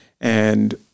And-